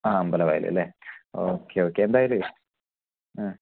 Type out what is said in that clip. ആ അമ്പലവയൽ അല്ലേ okay okay എന്തായാലുവെ